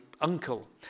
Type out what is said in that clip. uncle